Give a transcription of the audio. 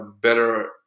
better